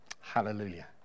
Hallelujah